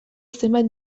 zenbait